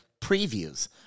previews